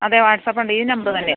അതെ വാട്സ്ആപ്പ് ഉണ്ട് ഈ നമ്പർ തന്നെ